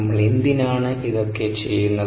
നമ്മൾ എന്തിനാണ് ഇതൊക്കെ ചെയ്യുന്നത്